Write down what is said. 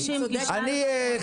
אנחנו מבקשים גישה למאגר.